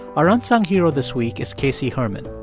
our unsung hero this week is casey herman.